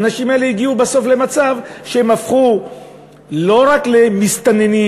האנשים האלה הגיעו בסוף למצב שהם הפכו לא רק למסתננים,